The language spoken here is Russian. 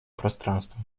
пространства